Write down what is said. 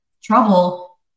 trouble